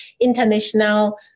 International